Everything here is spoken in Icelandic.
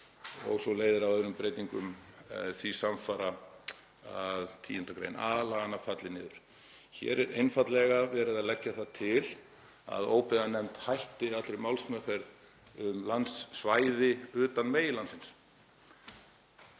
Og svo leiðir af öðrum breytingum því samfara að 10. gr. a laganna falli niður. Hér er einfaldlega verið að leggja það til að óbyggðanefnd hætti allri málsmeðferð um landsvæði utan meginlandsins.